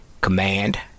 Command